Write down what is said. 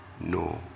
no